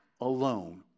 alone